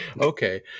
okay